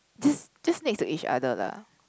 just just next to each other lah